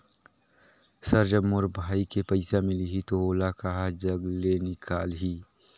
Sir जब मोर भाई के पइसा मिलही तो ओला कहा जग ले निकालिही?